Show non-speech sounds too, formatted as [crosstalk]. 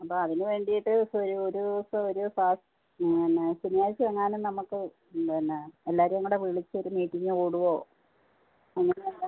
അപ്പോൾ അതിന് വേണ്ടിയിട്ട് ഒരു ഒരു ദിവസം ഒരു ക്ലാസ് ഇങ്ങനെ ശനിയാഴ്ച എങ്ങാനും നമുക്ക് പിന്നെ എല്ലാരെയും കൂടെ വിളിച്ച് ഒരു മീറ്റിംഗ് കൂടുകയോ [unintelligible] എന്താ